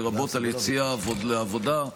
לרבות יציאה לעבודה,